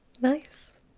nice